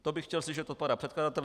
To bych chtěl slyšet od pana předkladatele.